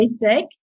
basic